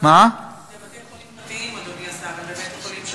אלה בתי-חולים פרטיים,